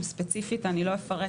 ספציפית אני לא אפרט,